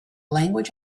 language